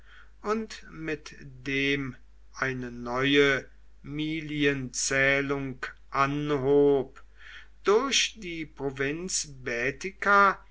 und mit dem eine neue milienzählung anhob durch die provinz